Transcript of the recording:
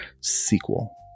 sequel